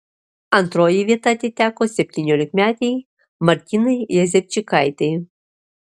antroji vieta atiteko septyniolikmetei martynai jezepčikaitei